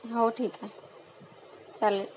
हो ठीक आहे चालेल